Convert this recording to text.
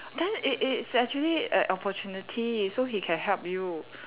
then it it it's actually an opportunity so he can help you